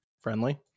friendly